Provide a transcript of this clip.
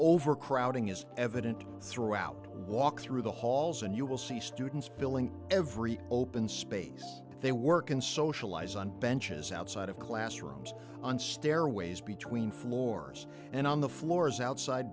overcrowding is evident throughout walk through the halls and you will see students filling every open space they work and socialize on benches outside of classrooms on stairways between floors and on the floors outside